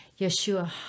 Yeshua